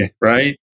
right